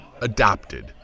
adopted